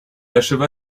acheva